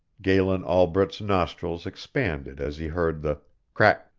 galen albret's nostrils expanded as he heard the crack,